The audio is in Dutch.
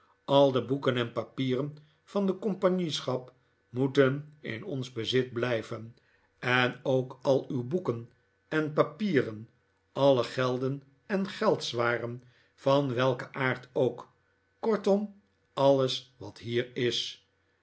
al de boeken en papieren van de compagnieschap moeten in ons bezit blijveh en ook al uw boeken en papieren alle gelden en geldswaarden van welken aard ook kortom alles wat hier is